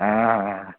आं आं हां